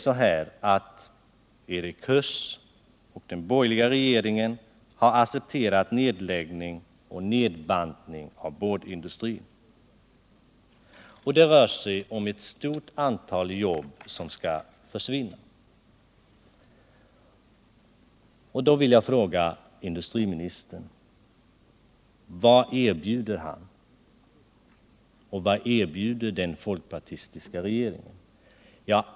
109 Erik Huss och den borgerliga regeringen har accepterat nedläggning och nedbantning av boardindustrin. Det rör sig om ett stort antal jobb som försvinner. Då vill jag fråga: Vad erbjuder industriministern och den folkpartistiska regeringen?